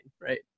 right